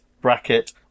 bracket